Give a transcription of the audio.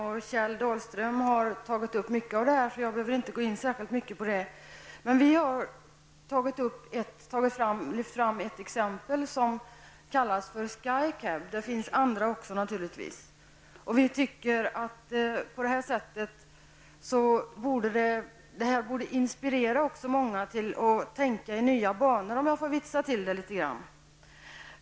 Kjell Dahlström har sagt en hel del här, varför jag inte behöver gå in särskilt mycket på dessa saker. Vi har lyft fram ett alternativ, Sky Cab. Naturligtvis finns det andra också. Men vi tycker att detta borde inspirera många till att tänka i nya banor -- om jag nu får vara litet vitsig.